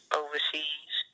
overseas